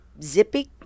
Zippy